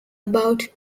about